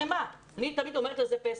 אני תמיד אומרת שזה פסח.